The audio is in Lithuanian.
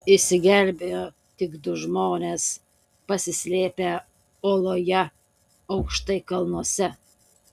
išsigelbėjo tik du žmonės pasislėpę oloje aukštai kalnuose